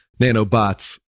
Nanobots